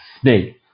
snake